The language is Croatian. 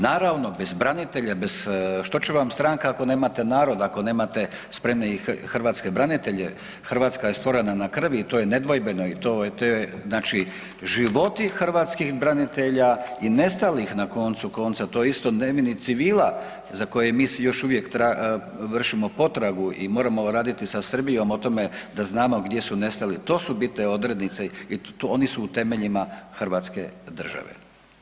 Naravno, bez branitelja, bez, što će vam stranka, ako nemate narod, ako nemate spremne i hrvatske branitelja, Hrvatska je stvorena na krvi i to je nedvojbeno i to je te, životi hrvatskih branitelja i nestalih, na koncu konca, to je isto, ne i civila za koje mi još uvijek vršimo potragu i moramo raditi sa Srbijom o tome da znamo gdje su nestali, to su bitne odrednice i oni su u temeljima hrvatske države.